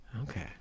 Okay